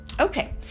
Okay